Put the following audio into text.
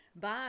Bye